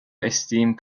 estime